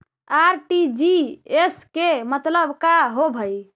RTGS के मतलब का होव हई?